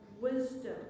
wisdom